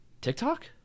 tiktok